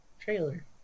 trailer